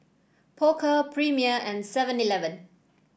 Pokka Premier and Seven Eleven